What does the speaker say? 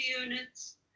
units